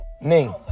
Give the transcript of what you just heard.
Ning